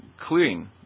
clean